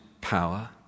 power